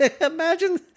imagine